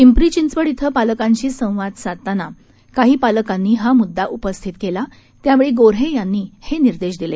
पिंपरी चिंचवड इथं पालकांशी संवाद साधताना काही पालकांनी हा मुद्दा उपस्थित केला त्यावेळी गोन्हे यांनी हे निर्देश दिले